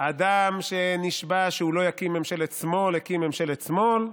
האדם שנשבע שלא יקים ממשלת שמאל הקים ממשלת שמאל,